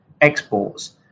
exports